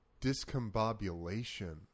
discombobulation